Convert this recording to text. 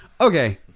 okay